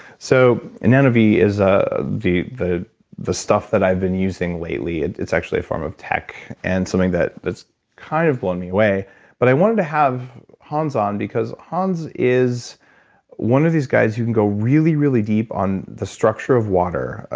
so, nanovi is ah the the stuff that i've been using lately. it's actually a form of tech and something that's kind of blown me away but, i wanted to have hans on because hans is one of these guys who can go really, really deep on the structure of water.